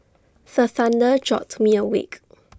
the thunder jolt me awake